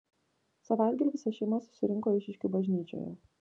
savaitgalį visa šeima susirinko eišiškių bažnyčioje